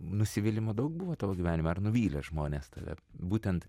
nusivylimų daug buvo tavo gyvenime ar nuvylė žmonės tave būtent